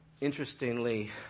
interestingly